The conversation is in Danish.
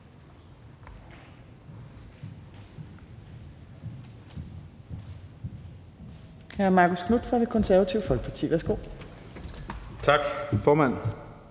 Tak,